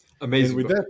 Amazing